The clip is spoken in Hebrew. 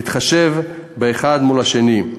צריך להתחשב באחד מול השני.